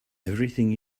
everything